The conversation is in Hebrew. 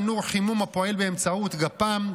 תנור חימום הפועל באמצעות גפ"מ,